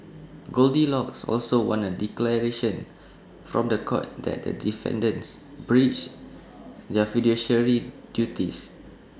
goldilocks also wants A declaration from The Court that the defendants breached their fiduciary duties